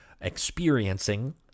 experiencing